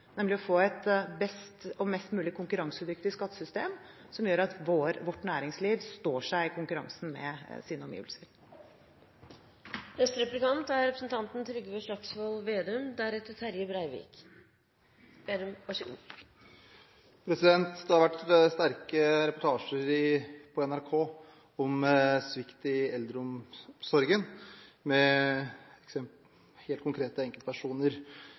nemlig å få et best og mest mulig konkurransedyktig skattesystem som gjør at vårt næringsliv står seg i konkurransen med sine omgivelser. Det har vært sterke reportasjer på NRK om svikt i eldreomsorgen med helt konkrete historier om enkeltpersoner.